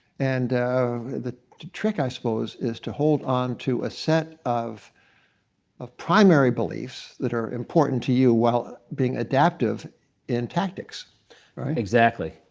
and the trick, i suppose, is to hold on to a set of of primary beliefs that are important to you while being adaptive in tactics. bf exactly.